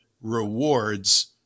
rewards